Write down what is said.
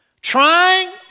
trying